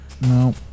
No